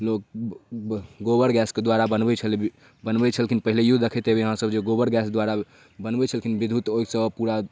लोक गोबर गैसके द्वारा बनबै छ्लै बनबै छलखिन पहिनैओ देखैत हेबै अहाँसब जे ओ गोबरगैस द्वारा बनबै छलखिन विद्युत ओहिसँ पूरा